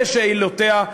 לשאלותיה,